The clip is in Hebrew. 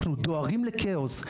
אנחנו דוהרים לכאוס.